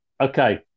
Okay